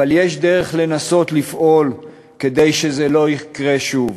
אבל יש דרך לנסות לפעול כדי שזה לא יקרה שוב,